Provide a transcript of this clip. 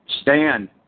stand